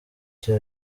cyo